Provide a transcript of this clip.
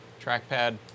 trackpad